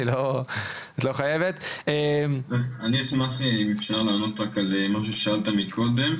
אני אשמח אם אפשר רק לענות על משהו ששאלת מקודם.